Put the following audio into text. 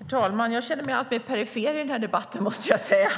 Herr talman! Jag känner mig alltmer perifer i den här debatten, måste jag säga.